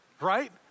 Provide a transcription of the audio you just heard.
right